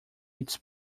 its